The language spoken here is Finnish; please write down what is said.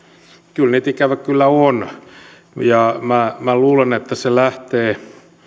kyllä niitä ikävä kyllä on ja minä luulen että se lähtee